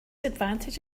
advantage